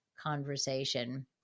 conversation